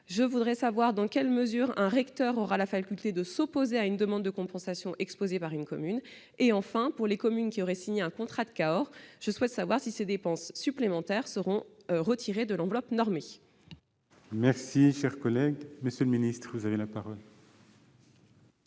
Je voudrais savoir dans quelle mesure un recteur aura la faculté de s'opposer à une demande de compensation exposée par une commune. Enfin, pour les communes qui auraient signé un contrat dit « de Cahors » avec l'État, je souhaite savoir si ces dépenses supplémentaires seront retirées de l'enveloppe normée. La parole est à M. le ministre. Madame la sénatrice